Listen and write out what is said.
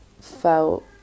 felt